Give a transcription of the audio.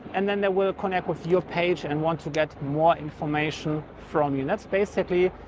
and then they will connect with your page and want to get more information from you. that's basically,